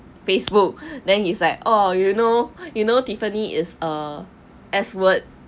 facebook then he's like oh you know you know tiffany is a S word